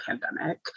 pandemic